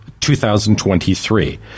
2023